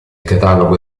catalogo